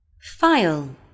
File